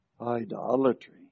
idolatry